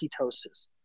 ketosis